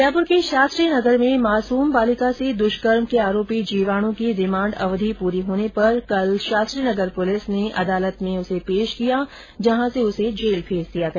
जयपुर के शास्त्रीनगर में मासूम बालिका से दुष्कर्म के आरोपी जीवाणु की रिमांड अवधि पूरी होने पर कल शास्त्रीनगर पुलिस ने अदालत में पेश किया जहां से उसे जेल भेज दिया गया